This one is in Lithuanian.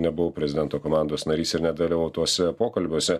nebuvau prezidento komandos narys ir nedalyvavau tuose pokalbiuose